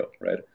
right